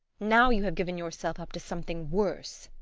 now you have given yourself up to something worse.